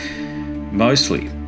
mostly